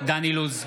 דן אילוז,